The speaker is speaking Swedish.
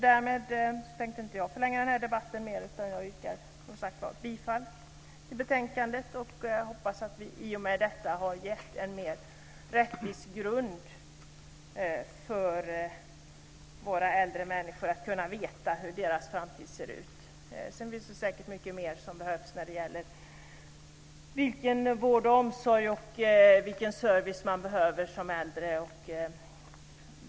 Därför tänker jag inte förlänga debatten mer, utan jag yrkar bifall till utskottets förslag och hoppas att vi i och med detta har gett en mer rättvis grund för äldre människor för att veta hur deras framtid ser ut. Sedan finns det säkert mycket mer som behövs när det gäller vilken vård och omsorg, vilken service man behöver som äldre.